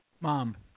Mom